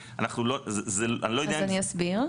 אז אני אסביר,